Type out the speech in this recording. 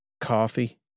Coffee